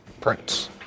prince